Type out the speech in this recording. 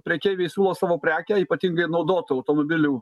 prekeiviai siūlo savo prekę ypatingai naudotų automobilių